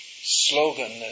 slogan